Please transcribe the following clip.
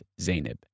Zainab